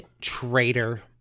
traitor